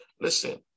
listen